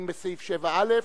אם בסעיף 7א,